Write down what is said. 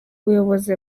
ubuyobozi